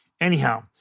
Anyhow